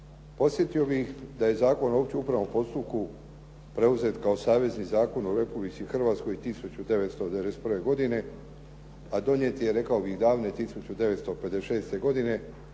Podsjetio big da ne Zakon o općem upravnom postupku preuzet kao savezni zakon u Republici Hrvatskoj 1991. godine, a donijet je rekao bih davne 1956. godine